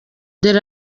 dore